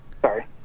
Sorry